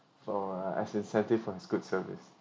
for as incentive for his good service